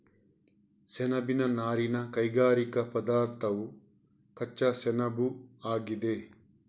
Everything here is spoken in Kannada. ಸೆಣಬಿನ ನಾರಿನ ಕೈಗಾರಿಕಾ ಪದಾರ್ಥವು ಕಚ್ಚಾ ಸೆಣಬುಆಗಿದೆ